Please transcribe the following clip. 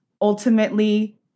ultimately